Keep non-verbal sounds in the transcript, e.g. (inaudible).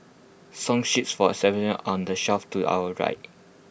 song sheets for (unintelligible) on the shelf to your right